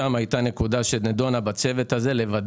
הנקודה שנדונה בצוות הייתה לוודא